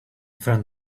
friend